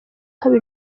haba